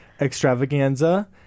Extravaganza